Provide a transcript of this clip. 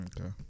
Okay